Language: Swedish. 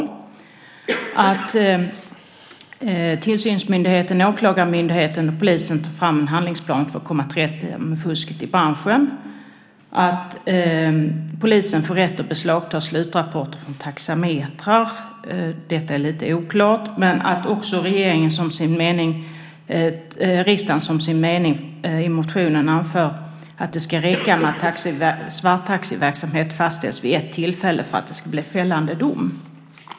Det står också att tillsynsmyndigheten, åklagarmyndigheten och polisen ska ta fram en handlingsplan för att komma till rätta med fusket i branschen, att polisen får rätt att beslagta slutrapporter från taxametrar - detta är lite oklart - och att riksdagen som sin mening i motionen anför att det ska räcka med att svarttaxiverksamhet fastställs vid ett tillfälle för att det ska bli fällande dom.